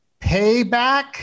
payback